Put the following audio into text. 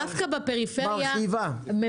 דווקא בפריפריה,